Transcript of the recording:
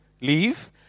leave